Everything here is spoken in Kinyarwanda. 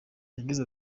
yagize